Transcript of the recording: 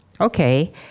Okay